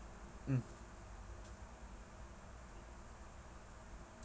mm